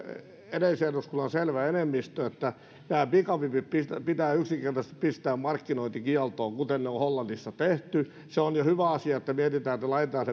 edellisen eduskunnan selvä enemmistö että nämä pikavipit pitää yksinkertaisesti pistää markkinointikieltoon kuten on hollannissa tehty se on jo hyvä asia että mietitään että laitetaan